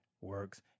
works